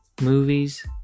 movies